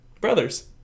brothers